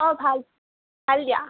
অঁ ভাল ভাল দিয়া